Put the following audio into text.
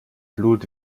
blut